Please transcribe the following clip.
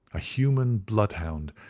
a human bloodhound,